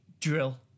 drill